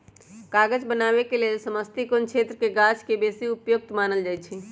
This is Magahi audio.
कागज बनाबे के लेल समशीतोष्ण क्षेत्रके गाछके बेशी उपयुक्त मानल जाइ छइ